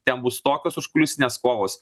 ten bus tokios užkulisinės kovos